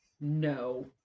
No